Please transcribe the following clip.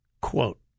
Quote